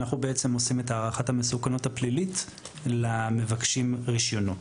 אנחנו בעצם עושים את הערכת המסוכנות הפלילית למבקשים רישיונות.